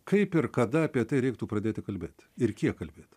kaip ir kada apie tai reiktų pradėti kalbėt ir kiek kalbėt